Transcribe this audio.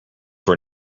were